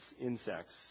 insects